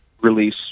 release